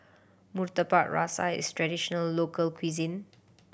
Murtabak Rusa is a traditional local cuisine